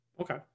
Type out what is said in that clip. Okay